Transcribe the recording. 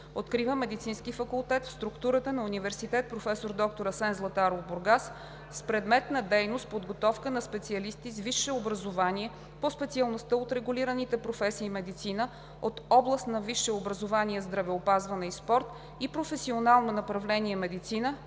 Открива Медицински факултет в структурата на Университет „Проф. д-р Асен Златаров“ – Бургас, с предмет на дейност подготовка на специалисти с висше образование по специалността от регулираните професии „Медицина“ от област на висше образование „Здравеопазване и спорт“ и професионално направление „Медицина“